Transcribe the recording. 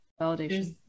validation